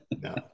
no